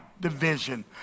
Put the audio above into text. division